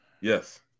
Yes